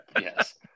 yes